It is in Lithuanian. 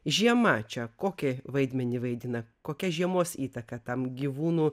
žiema čia kokį vaidmenį vaidina kokia žiemos įtaką tam gyvūnų